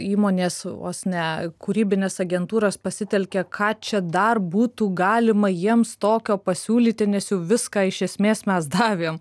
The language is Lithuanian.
įmonės vos ne kūrybinės agentūros pasitelkia ką čia dar būtų galima jiems tokio pasiūlyti nes jau viską iš esmės mes davėm